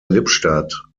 lippstadt